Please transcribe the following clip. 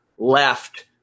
Left